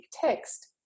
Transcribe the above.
text